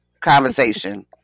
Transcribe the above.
conversation